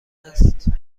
است